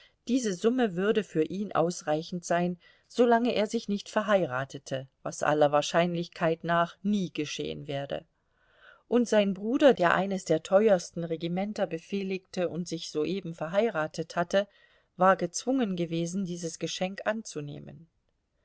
diese summe würde für ihn ausreichend sein solange er sich nicht verheiratete was aller wahrscheinlichkeit nach nie geschehen werde und sein bruder der eines der teuersten regimenter befehligte und sich soeben verheiratet hatte war gezwungen gewesen dieses geschenk anzunehmen